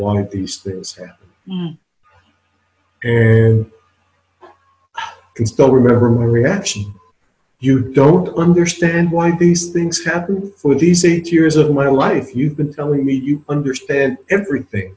these things and still remember her reaction you don't understand why these things happen for these eight years of my life you've been telling me you understand everything